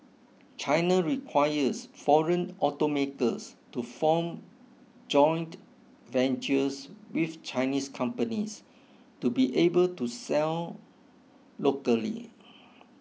China requires foreign automakers to form joint ventures with Chinese companies to be able to sell locally